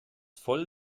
voll